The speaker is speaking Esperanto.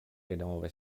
denove